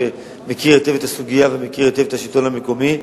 שמכיר היטב את הסוגיה ומכיר היטב את השלטון המקומי,